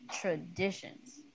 Traditions